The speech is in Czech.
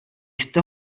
jste